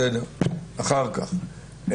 בסדר, אחר כך.